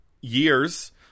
years